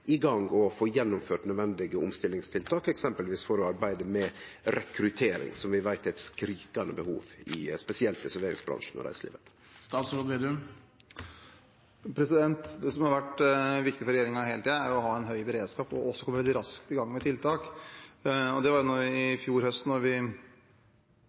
i gang og få gjennomført nødvendige omstillingstiltak, eksempelvis for å arbeide med rekruttering, som vi veit det er eit skrikande behov for, spesielt i serveringsbransjen og i reiselivet? Det som har vært viktig for regjeringen hele tiden, er å ha en høy beredskap og å komme raskt i gang med tiltak.